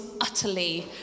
utterly